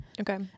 Okay